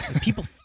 People